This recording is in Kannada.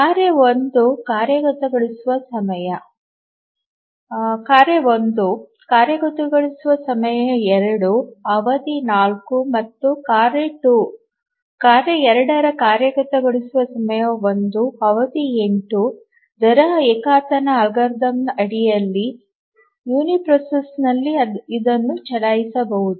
ಕಾರ್ಯ 1 ಕಾರ್ಯಗತಗೊಳಿಸುವ ಸಮಯ 2 ಅವಧಿ 4 ಮತ್ತು ಕಾರ್ಯ 2 ಕಾರ್ಯಗತಗೊಳಿಸುವ ಸಮಯ 1 ಅವಧಿ 8 ದರ ಏಕತಾನ ಅಲ್ಗಾರಿದಮ್ ಅಡಿಯಲ್ಲಿ ಯುನಿಪ್ರೊಸೆಸರ್ನಲ್ಲಿ ಇದನ್ನು ಚಲಾಯಿಸಬಹುದೇ